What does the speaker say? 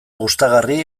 gustagarri